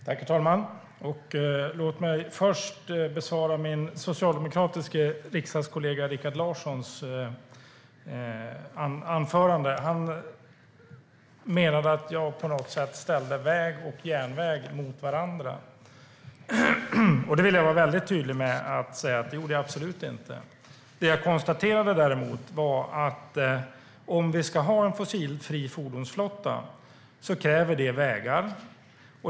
Herr talman! Låt mig först besvara min socialdemokratiske riksdagskollega Rikard Larssons anförande. Han menade att jag på något sätt ställde väg och järnväg mot varandra. Jag vill vara tydlig med att säga att det gjorde jag absolut inte. Det jag däremot konstaterade var att om vi ska ha en fossilfri fordonsflotta kräver det vägar.